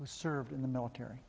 who served in the military